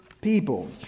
people